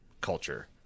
culture